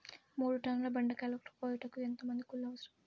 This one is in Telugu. మూడు టన్నుల బెండకాయలు కోయుటకు ఎంత మంది కూలీలు అవసరం?